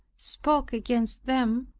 spoke against them,